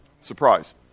Surprise